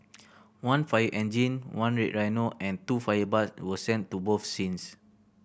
one fire engine one Red Rhino and two fire bike were sent to both scenes